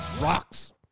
Rocks